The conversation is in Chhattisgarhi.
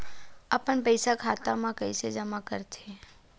अपन पईसा खाता मा कइसे जमा कर थे?